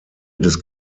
des